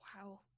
wow